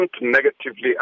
negatively